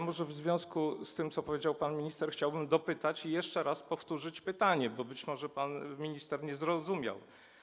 Może w związku z tym, co powiedział pan minister, chciałbym dopytać i jeszcze raz powtórzyć pytanie, bo być może pan minister nie zrozumiał.